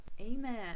Amen